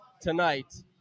tonight